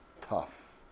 tough